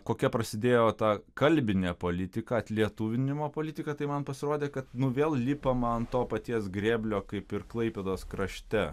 kokia prasidėjo tą kalbinė politika atlietuvinimo politika tai man pasirodė kad nu vėl lipama ant to paties grėblio kaip ir klaipėdos krašte